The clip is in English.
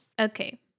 Okay